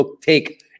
take